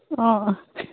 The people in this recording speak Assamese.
অঁ অঁ